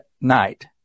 night